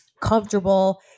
Comfortable